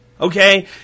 Okay